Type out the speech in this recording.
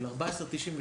במשרד החינוך,